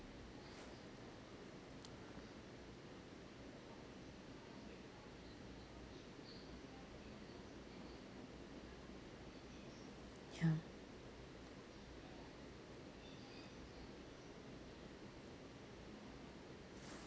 ya